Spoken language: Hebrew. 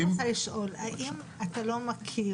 אני רק רוצה לשאול, האם אתה לא מכיר